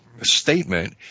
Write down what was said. Statement